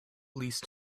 least